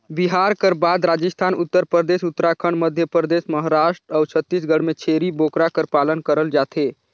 बिहार कर बाद राजिस्थान, उत्तर परदेस, उत्तराखंड, मध्यपरदेस, महारास्ट अउ छत्तीसगढ़ में छेरी बोकरा कर पालन करल जाथे